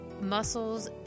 muscles